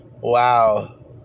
Wow